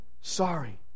sorry